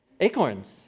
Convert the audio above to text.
Acorns